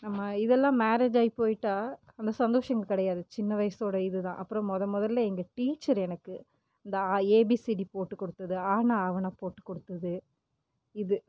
இதெல்லாம் மேரேஜ் ஆயி போய்ட்டா அந்த சந்தோஷம் கிடையாது சின்ன வயசோட இது தான் அப்புறம் முத முதல்ல எங்கள் டீச்சர் எனக்கு இந்த ஆ ஏபிசிடி போட்டுக் கொடுத்தது ஆனால் ஆவன்னா போட்டு கொடுத்தது இது